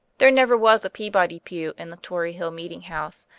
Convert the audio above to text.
there never was a peabody pew in the tory hill meeting-house,